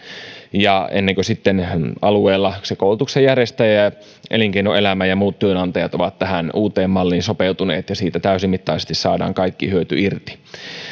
ja ennen kuin alueella koulutuksen järjestäjä elinkeinoelämä ja muut työnantajat ovat tähän uuteen malliin sopeutuneet ja siitä täysimittaisesti saadaan kaikki hyöty irti